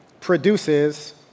produces